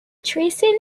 treason